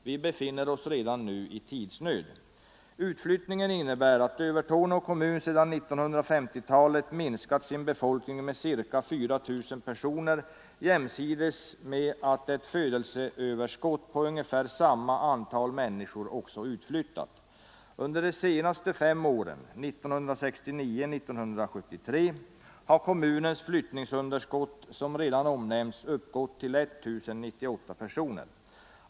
Vi befinner oss redan nu i tidsnöd. Utflyttningen innebär att Övertorneå kommun sedan 1950-talet minskat sin befolkning med ca 4000 personer jämsides med att ett födelseöverskott på ungefär samma antal människor också utflyttat. Under de senaste fem åren, 1969-1973, har kommunens flyttningsunderskott, som redan omnämnts, uppgått till I 098 personer.